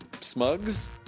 smugs